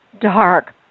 dark